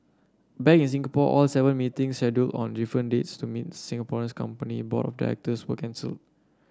back in Singapore all seven meetings scheduled on different dates to meet Singapore's company board of directors were cancelled